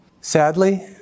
Sadly